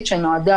יעקב,